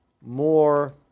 more